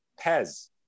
Pez